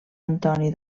antoni